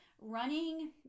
Running